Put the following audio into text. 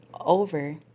over